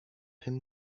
him